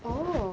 !wow!